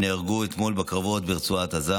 שנהרגו אתמול בקרבות ברצועת עזה.